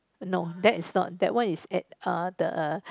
no that is not that one is at uh the